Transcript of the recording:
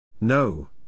No